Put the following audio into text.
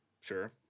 Sure